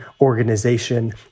organization